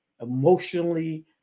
emotionally